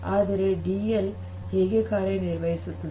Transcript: ಆದರೆ ಡಿಎಲ್ ಹೇಗೆ ಕಾರ್ಯ ನಿರ್ವಹಿಸುತ್ತದೆ